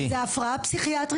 זו הפרעה פסיכיאטרית